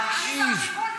אני שר שיכון,